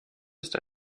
ist